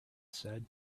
said